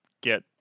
get